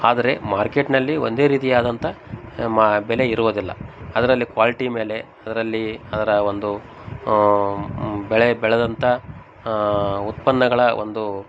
ಆದರೆ ಮಾರ್ಕೆಟ್ನಲ್ಲಿ ಒಂದೇ ರೀತಿಯಾದಂಥ ಮಾ ಬೆಲೆ ಇರುವುದಿಲ್ಲ ಅದರಲ್ಲಿ ಕ್ವಾಲ್ಟಿ ಮೇಲೆ ಅದರಲ್ಲಿ ಅದರ ಒಂದು ಬೆಳೆ ಬೆಳೆದಂಥ ಉತ್ಪನ್ನಗಳ ಒಂದು